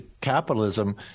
Capitalism